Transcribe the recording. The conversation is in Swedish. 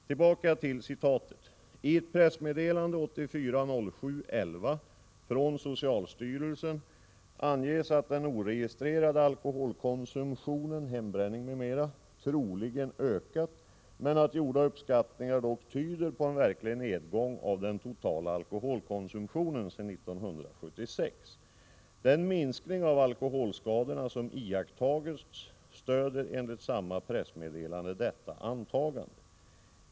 — Tillbaka till citatet: ”I ett pressmeddelande 1984-07-11 från socialstyrelsen anges att den oregistrerade alkoholkonsumtionen troligen ökat, men att gjorda uppskattningar dock tyder på en verklig nedgång av den totala alkoholkonsumtionen sedan 1976. Den minskning av alkoholskadorna som iakttagits stöder enligt samma pressmeddelande detta antagande -—--.